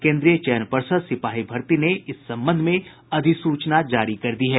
केन्द्रीय चयन पर्षद सिपाही भर्त्ती ने इस संबंध में अधिसूचना जारी कर दी है